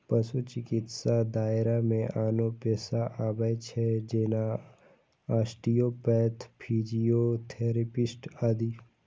पशु चिकित्साक दायरा मे आनो पेशा आबै छै, जेना आस्टियोपैथ, फिजियोथेरेपिस्ट आदि